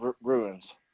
Bruins